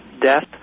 death